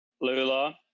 Lula